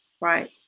Right